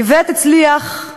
איווט הצליח,